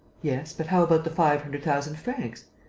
yes, but how about the five hundred thousand francs.